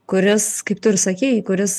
kuris kaip tu ir sakei kuris